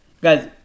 guys